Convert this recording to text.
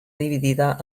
dividida